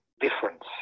difference